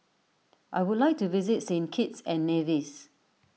I would like to visit Saint Kitts and Nevis